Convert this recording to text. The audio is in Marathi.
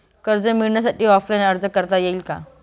कर्ज मिळण्यासाठी ऑफलाईन अर्ज करता येईल का?